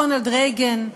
רונלד רייגן,